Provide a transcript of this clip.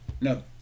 No